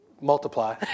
multiply